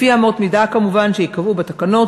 כמובן לפי אמות מידה שייקבעו בתקנות,